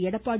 Edappadi